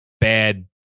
bad